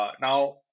Now